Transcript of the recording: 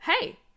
hey